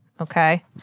okay